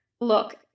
Look